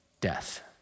death